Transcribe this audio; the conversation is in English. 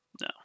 No